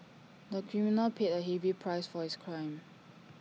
the criminal paid A heavy price for his crime